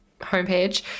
homepage